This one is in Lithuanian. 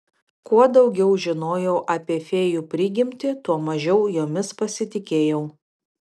kuo daugiau žinojau apie fėjų prigimtį tuo mažiau jomis pasitikėjau